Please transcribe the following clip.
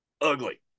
ugly